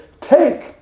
take